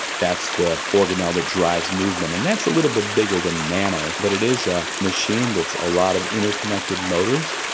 that's the organelle that drives movement, and that's a little bit bigger than nano but it is a machine that's a lot of interconnected motors,